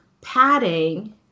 padding